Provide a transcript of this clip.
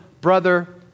Brother